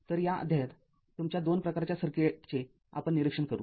तर या अध्यायात तुमच्या २ प्रकारच्या सर्किटचे आपण परीक्षण करु